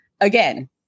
again